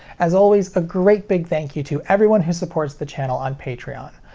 as always, a great big thank you to everyone who supports the channel on patreon.